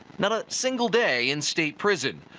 not a single day in state prison.